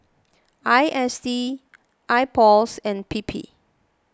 I S D Ipos and P P